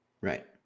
Right